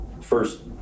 first